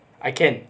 I can